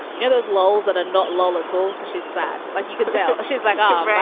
you know, those laws that are not law at all because she's sad, like you can tell, she's like, oh,